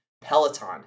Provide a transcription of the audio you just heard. Peloton